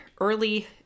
early